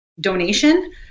donation